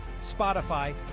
Spotify